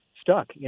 stuck